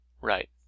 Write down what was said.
Right